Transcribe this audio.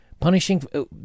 Punishing